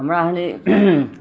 हमरा सनि